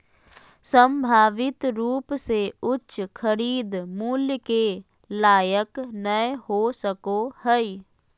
संभावित रूप से उच्च खरीद मूल्य के लायक नय हो सको हइ